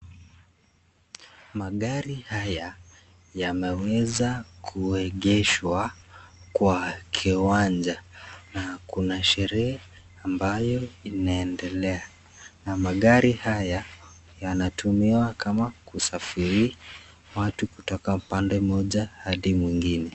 Magari haya yameweza kuegeshwa kwa kiwanja na kuna sherehe ambayo inaendelea na magari haya yanatumiwa kama kusafiri watu kutoka pande moja hadi mwingine.